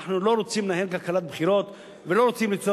אנחנו לא רוצים לנהל כלכלת בחירות ולא רוצים ליצור